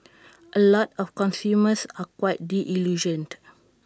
A lot of consumers are quite disillusioned